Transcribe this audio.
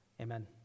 Amen